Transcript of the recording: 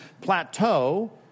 plateau